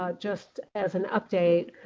ah just as an update,